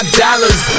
dollars